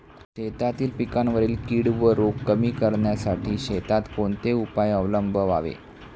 शेतातील पिकांवरील कीड व रोग कमी करण्यासाठी शेतात कोणते उपाय अवलंबावे?